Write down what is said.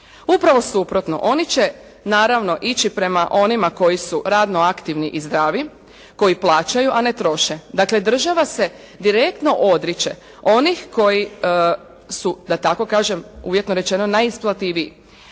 Upravo suprotno, oni će naravno ići prema onima koji su radno aktivni i zdravi, koji plaćaju a ne troše. Dakle, država se direktno odriče onih koji su da tako kažem uvjetno rečeno najisplativiji.